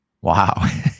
Wow